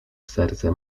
serce